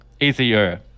easier